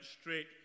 straight